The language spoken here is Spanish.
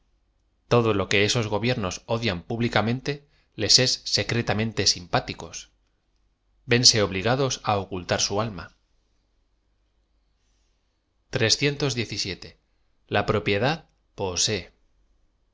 todo lo que esos gobiernos odian públicamente les es secre tamente simpáticos yense obligados á ocultar su alma a propiedad posee